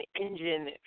engine